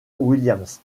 williams